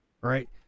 right